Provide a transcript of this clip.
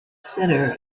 center